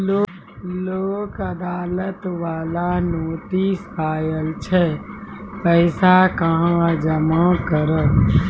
लोक अदालत बाला नोटिस आयल छै पैसा कहां जमा करबऽ?